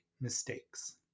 mistakes